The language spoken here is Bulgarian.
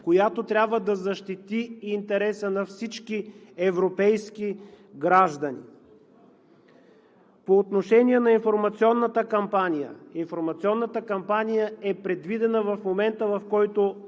която трябва да защити интереса на всички европейски граждани. По отношение на информационната кампания. Информационната кампания е предвидена в момента, в който